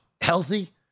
healthy